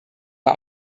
war